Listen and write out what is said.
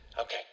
Okay